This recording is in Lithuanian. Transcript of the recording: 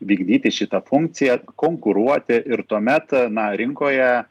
vykdyti šitą funkciją konkuruoti ir tuomet na rinkoje